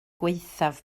gwaethaf